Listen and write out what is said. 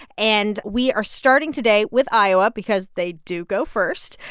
and we are starting today with iowa because they do go first,